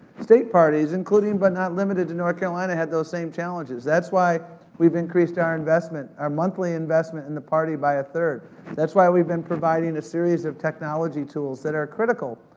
state parties including but not limited to north carolina had those same challenges. that's why we've increased our investment, our monthly investment in the party by a that's why we've been providing a series of technology tools that are critical,